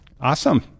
Awesome